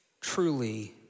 truly